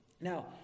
Now